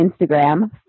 Instagram